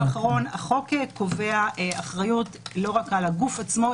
החוק קובע אחריות לא רק על הגוף עצמו,